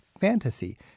fantasy